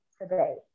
today